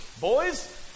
boys